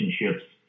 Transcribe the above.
relationships